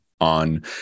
on